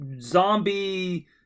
zombie